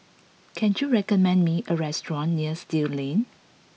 can you recommend me a restaurant near Still Lane